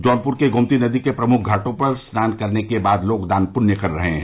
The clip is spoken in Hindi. जौनपुर के गोमती नदी के प्रमुख घाटों पर स्नान करने के बाद लोग दान पृण्य कर रहे हैं